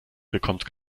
bekommt